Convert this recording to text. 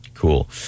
cool